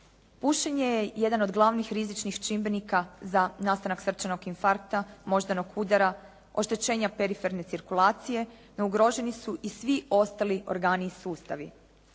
Pušenje je jedan od glavnih rizičnih čimbenika za nastanak srčanog infarkta, moždanog udara, oštećenja periferne cirkulacije no ugroženi su i svi ostali organi i sustavi.